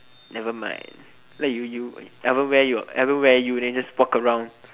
nevermind let you you ever wear your ever wear you then you just walk around